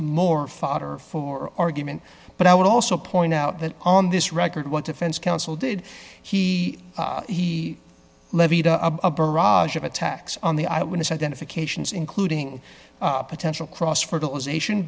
more fodder for argument but i would also point out that on this record what defense council did he he levied a barrage of attacks on the eyewitness identifications including potential cross fertilization